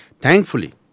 Thankfully